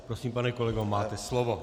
Prosím, pane kolego, máte slovo.